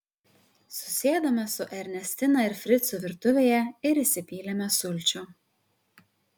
susėdome su ernestina ir fricu virtuvėje ir įsipylėme sulčių